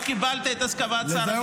קיבלנו את הסכמת שר הביטחון.